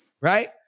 Right